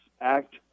act